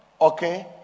okay